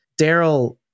Daryl